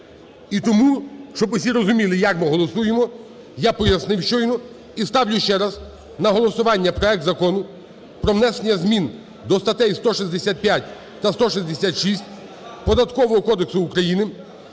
І тому, щоб усі розуміли, як ми голосуємо, я пояснив щойно і ставлю ще раз на голосування проект Закону про внесення змін до статей 165 та 166 Податкового кодексу України